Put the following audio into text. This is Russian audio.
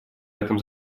этом